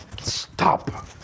stop